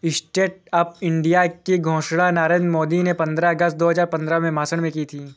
stand up India की घोषणा नरेंद्र मोदी ने पंद्रह अगस्त दो हजार पंद्रह में भाषण में की थी